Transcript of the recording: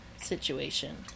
situation